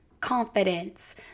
confidence